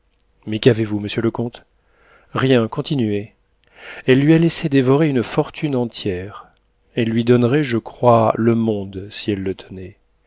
mais qu'avez-vous monsieur le comte rien continuez elle lui a laissé dévorer une fortune entière elle lui donnerait je crois le monde si elle le tenait